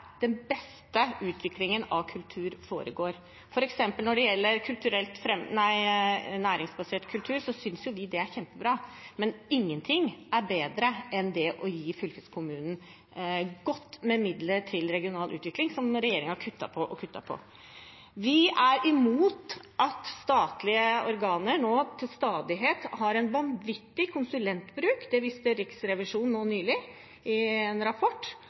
den beste utviklingen av kultur foregår. Når det gjelder f.eks. næringsbasert kultur, synes vi det er kjempebra, men ingenting er bedre enn å gi fylkeskommunene godt med midler til regional utvikling, som regjeringen har kuttet og kuttet i. Vi er imot at statlige organer stadig har en vanvittig konsulentbruk. Det viste Riksrevisjonen nylig i en rapport.